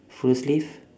full sleeve